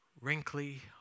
wrinkly